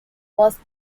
was